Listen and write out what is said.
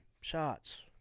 Shots